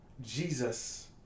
Jesus